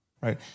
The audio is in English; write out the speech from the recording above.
right